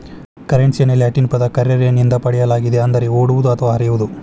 ಕರೆನ್ಸಿಯನ್ನು ಲ್ಯಾಟಿನ್ ಪದ ಕರ್ರೆರೆ ನಿಂದ ಪಡೆಯಲಾಗಿದೆ ಅಂದರೆ ಓಡುವುದು ಅಥವಾ ಹರಿಯುವುದು